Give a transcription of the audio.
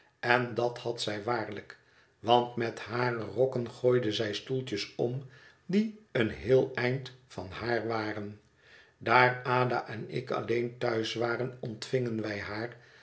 en dat had zij waarlijk want met hare rokken gooide zij stoeltjes om die een heel eind van haar waren daar ada en ik alleen thuis waren ontvingen wij haar